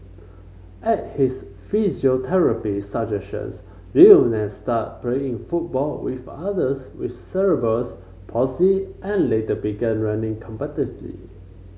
at his physiotherapist suggestions Lionel start playing football with others with cerebrals palsy and later began running competitively